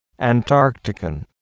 Antarctican